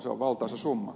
se on valtaisa summa